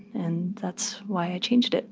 and that's why i changed it.